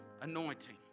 anointing